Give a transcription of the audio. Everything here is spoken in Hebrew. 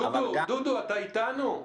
דודו, אתה איתנו?